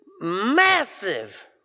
massive